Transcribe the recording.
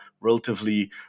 relatively